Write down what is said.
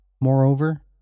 Moreover